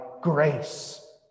grace